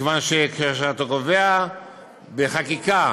כיוון שכשאתה קובע בחקיקה